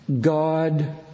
God